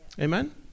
Amen